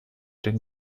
den